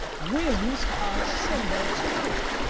winds are symbol of strife.